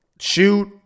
shoot